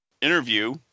interview